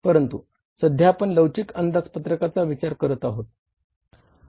परंतु सध्या आपण लवचिक अंदाजपत्रकाचा विचार करत आहोत